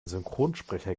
synchronsprecher